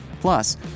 Plus